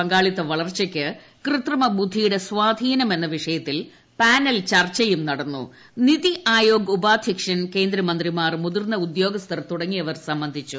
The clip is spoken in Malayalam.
പങ്കാളിത്ത വളർച്ചയ്ക്ക് കൃത്രിമ ബുദ്ധിയുട്ടിട്ടു സ്പാധീനം എന്ന വിഷയത്തിൽ പാനൽ ചർച്ചയും നടന്നുക്കു നിതി ആയോഗ് ഉപാധ്യക്ഷൻ കേന്ദ്രമന്ത്രിമാർ മുതിർ ്ന്നു ഉദ്യോഗസ്ഥർ തുടങ്ങിയവർ സംബന്ധിച്ചു